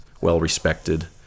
well-respected